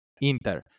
Inter